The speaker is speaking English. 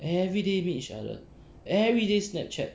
everyday meet each other everyday Snapchat